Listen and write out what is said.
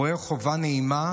רואה חובה נעימה